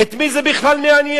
את מי זה בכלל מעניין?